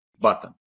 button